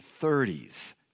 30s